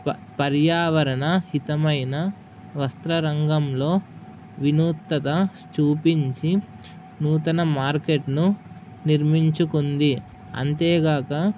ప పర్యావరణ హితమైన వస్త్ర రంగంలో వినూతగా చూపించి నూతన మార్కెట్ను నిర్మించుకుంది అంతేగాక